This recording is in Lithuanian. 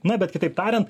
na bet kitaip tariant